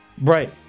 Right